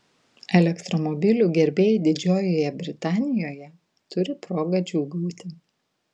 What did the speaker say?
elektromobilių gerbėjai didžiojoje britanijoje turi progą džiūgauti